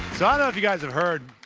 ah know if you guys have heard,